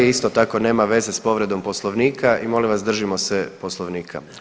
Isto tako nema veze sa povredom Poslovnika i molim vas držimo se Poslovnika.